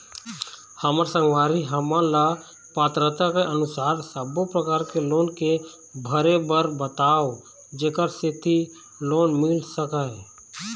हमर संगवारी हमन ला पात्रता के अनुसार सब्बो प्रकार के लोन के भरे बर बताव जेकर सेंथी लोन मिल सकाए?